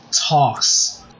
talks